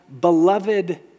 beloved